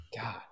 God